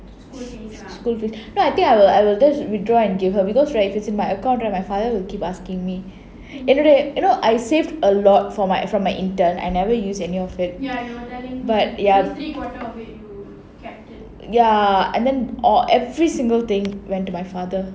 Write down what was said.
school fees no I think I will I will just withdraw and give her because right it's in my account right my father will keep asking me என்னோட:ennoda you know I saved a lot for my from my internship I never use any of it but ya ya and then err every single thing went to my father